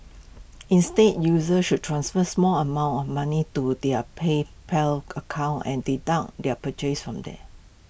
instead users should transfer small amounts of money to their PayPal accounts and their purchases from there